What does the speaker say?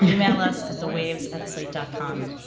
e-mail us at the waves at slate dot com